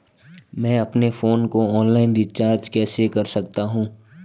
मैं अपने फोन को ऑनलाइन रीचार्ज कैसे कर सकता हूं?